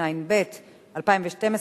התשע"ב 2012,